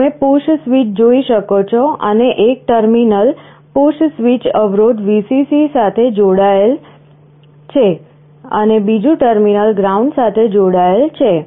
તમે push switch જોઈ શકો છો અને એક ટર્મિનલ પુશ સ્વીચ અવરોધ Vcc સાથે જોડાયેલ છે અને બીજું ટર્મિનલ ગ્રાઉન્ડ સાથે જોડાયેલ છે